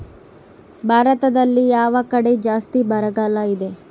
ಭಾರತದಲ್ಲಿ ಯಾವ ಕಡೆ ಜಾಸ್ತಿ ಬರಗಾಲ ಇದೆ?